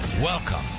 Welcome